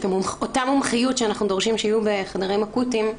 אותה מומחיות שאנחנו דורשים שיהיו בחדרים אקוטיים,